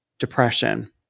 Depression